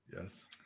yes